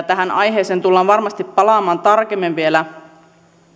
tähän aiheeseen tullaan varmasti palaamaan tarkemmin vielä